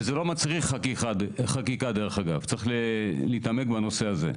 וזה לא מצריך חקיקה, צריך להתעמק בנושא הזה.